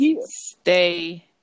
Stay